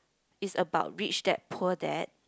it's about Rich Dad Poor Dad